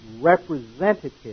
representative